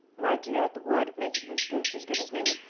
my dear, at the word of making his goose as good as new,